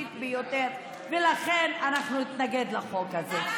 הבסיסית ביותר, ולכן אנחנו נתנגד לחוק הזה.